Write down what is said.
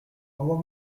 envoie